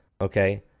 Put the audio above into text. Okay